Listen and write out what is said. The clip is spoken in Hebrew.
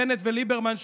בנט וליברמן,